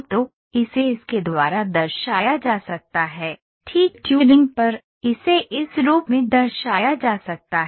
तो इसे इसके द्वारा दर्शाया जा सकता है ठीक ट्यूनिंग पर इसे इस रूप में दर्शाया जा सकता है